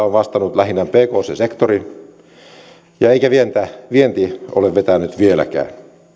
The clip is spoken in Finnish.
on vastannut lähinnä pk sektori eikä vienti ole vetänyt vieläkään